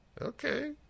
Okay